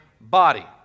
body